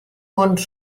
fons